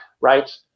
right